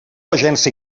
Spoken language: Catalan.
agència